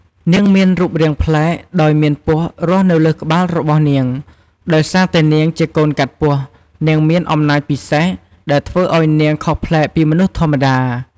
នាងមានរូបរាងប្លែក ដោយមានពស់រស់នៅលើក្បាលរបស់នាង ដោយសារតែនាងជាកូនកាត់ពស់ នាងមាន អំណាចពិសេស ដែលធ្វើឲ្យនាងខុសប្លែកពីមនុស្សធម្មតា។